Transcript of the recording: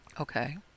Okay